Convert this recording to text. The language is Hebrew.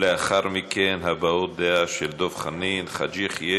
לאחר מכן הבעות דעה של דב חנין, חאג' יחיא